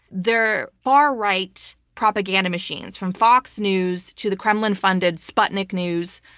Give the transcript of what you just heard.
their far-right propaganda machines, from fox news to the kremlin-funded sputnik news,